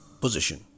position